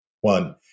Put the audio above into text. one